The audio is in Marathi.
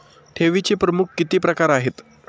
ठेवीचे प्रमुख किती प्रकार आहेत?